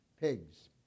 Pigs